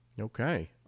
Okay